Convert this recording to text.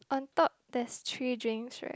on top there's three drinks right